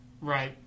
Right